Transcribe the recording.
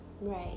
Right